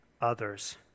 others